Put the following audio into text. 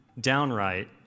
downright